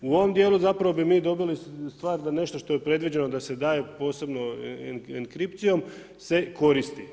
U ovom dijelu zapravo bi mi dobili stvar da nešto što je predviđeno da se daje posebnom enkripcijom se koristi.